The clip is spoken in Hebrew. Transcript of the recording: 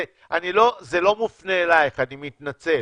זה לא מופנה אליך, אני מתנצל.